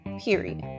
period